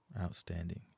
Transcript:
Outstanding